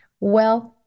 Well-